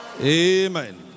Amen